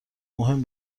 مهم